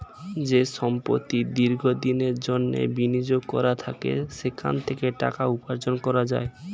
যে সম্পত্তি দীর্ঘ দিনের জন্যে বিনিয়োগ করা থাকে সেখান থেকে টাকা উপার্জন করা যায়